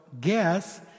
guess